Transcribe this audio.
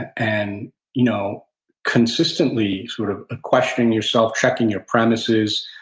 and and you know consistently sort of ah questioning yourself, checking your premises,